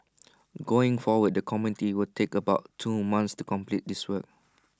going forward the committee will take about two months to complete this work